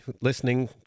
listening